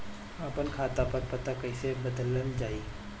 आपन खाता पर पता कईसे बदलल जाई?